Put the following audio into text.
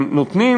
הם נותנים,